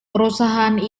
perusahaan